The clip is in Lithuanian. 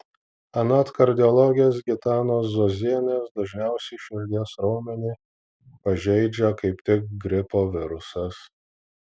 anot kardiologės gitanos zuozienės dažniausiai širdies raumenį pažeidžia kaip tik gripo virusas